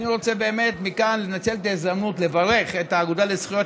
אני רוצה מכאן לנצל את ההזדמנות ולברך את האגודה לזכויות